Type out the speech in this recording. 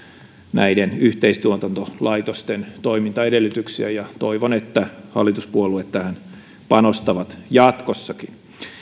näiden yhteistuotantolaitosten toimintaedellytyksiä ja toivon että hallituspuolueet tähän panostavat jatkossakin